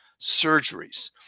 surgeries